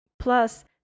Plus